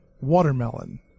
Watermelon